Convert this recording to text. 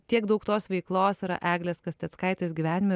tiek daug tos veiklos yra eglės kasteckaitės gyvenime